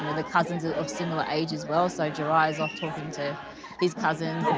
the cousins are of similar age as well, so jerry is off talking to his cousins.